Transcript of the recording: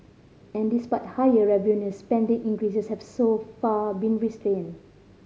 and despite higher revenues spending increases have so far been restrained